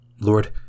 Lord